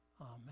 Amen